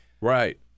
right